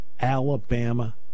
Alabama